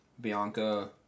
Bianca